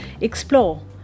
explore